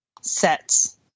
sets